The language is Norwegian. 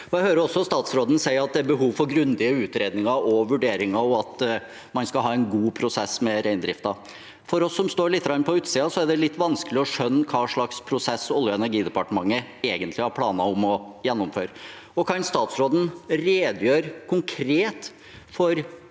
statsråden si at det er behov for grundige utredninger og vurderinger, og at man skal ha en god prosess med reindriften. For oss som står litt på utsiden, er det litt vanskelig å skjønne hva slags prosess Oljeog energidepartementet egentlig har planer om å gjennomføre. Kan statsråden redegjøre konkret for